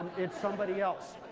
it's somebody else.